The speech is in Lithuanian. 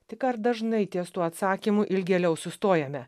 tik ar dažnai ties tuo atsakymu ilgėliau sustojame